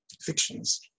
fictions